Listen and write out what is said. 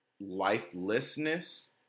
lifelessness